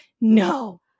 no